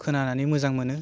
खोनानै मोजां मोनो